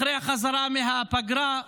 אחרי החזרה מהפגרה.